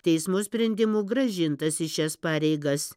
teismo sprendimu grąžintas į šias pareigas